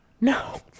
No